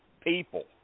people